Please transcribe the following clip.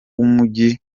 w’umujyi